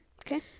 Okay